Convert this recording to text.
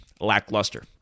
lackluster